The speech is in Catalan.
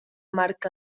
marc